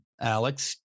Alex